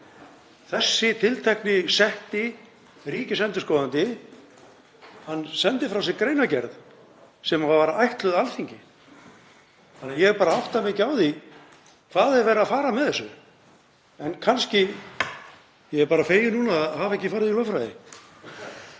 Þessi tiltekni setti ríkisendurskoðandi sendi frá sér greinargerð sem var ætluð Alþingi, þannig að ég bara átta mig ekki á því hvað er verið að fara með þessu. Ég er bara feginn núna að hafa ekki farið í lögfræði.